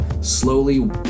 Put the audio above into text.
slowly